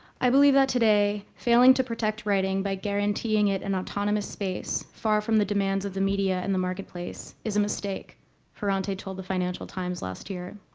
i believe that today failing to protect writing by guaranteeing it in autonomous space far from the demands of the media and the marketplace is a mistake ferrante told the financial times last year.